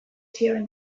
zioen